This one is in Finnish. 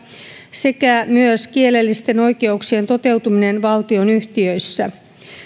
sekä myös kielellisten oikeuksien toteutuminen valtionyhtiöissä